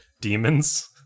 demons